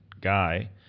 guy